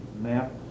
map